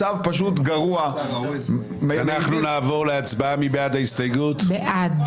נצביע על הסתייגות 152. מי בעד?